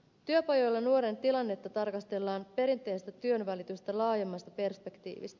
työpajoilla nuoren tilannetta tarkastellaan perinteistä työnvälitystä laajemmasta perspektiivistä